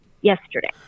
yesterday